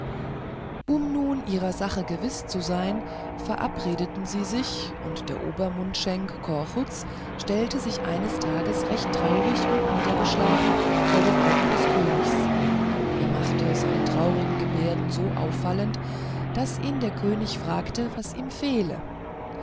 um nun ihrer sache gewiß zu sein verabredeten sie sich und der obermundschenk korchuz stellte sich eines tages recht traurig und niedergeschlagen vor den augen des königs er machte seine traurigen gebärden so auffallend daß ihn der könig fragte was ihm fehle